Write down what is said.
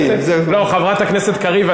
חברת הכנסת קריב,